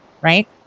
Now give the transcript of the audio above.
right